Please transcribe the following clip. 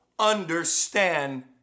understand